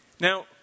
Now